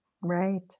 Right